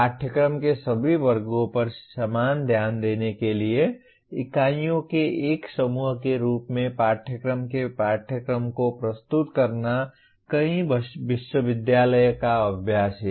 पाठ्यक्रम के सभी वर्गों पर समान ध्यान देने के लिए इकाइयों के एक समूह के रूप में पाठ्यक्रम के पाठ्यक्रम को प्रस्तुत करना कई विश्वविद्यालयों का अभ्यास है